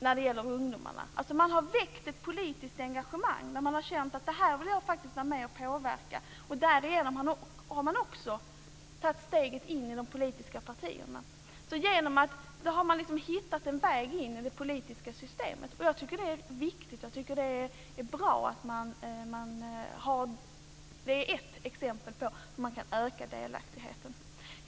Man har alltså väckt ett politiskt engagemang hos ungdomarna som har känt att det här vill de faktiskt vara med och påverka. Därigenom har man också tagit steget in i de politiska partierna. Då har man liksom hittat en väg in i det politiska systemet. Jag tycker att det är viktigt. Det är ett bra exempel på hur man kan öka delaktigheten.